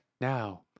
Now